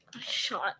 shot